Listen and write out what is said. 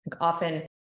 Often